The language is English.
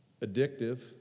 addictive